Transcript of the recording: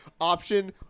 option